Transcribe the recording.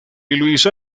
louisa